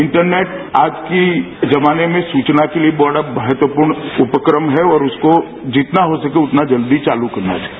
internet आज के जमाने में सूचना के लिए बड़ा महत्वपूर्ण उपक्रम है और उसको जितना हो सके उतना जल्दी चालू करना चाहिए